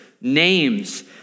Names